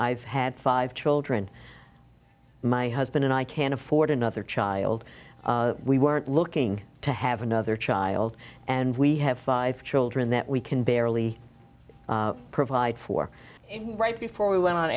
i've had five children my husband and i can't afford another child we weren't looking to have another child and we have five children that we can barely provide for right before we went on